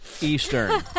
Eastern